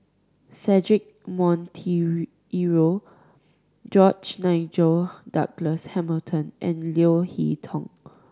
Cedric George Nigel Douglas Hamilton and Leo Hee Tong